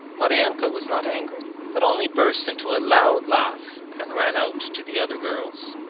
maryanka was not angry, but only burst into a loud laugh and ran out to the other girls.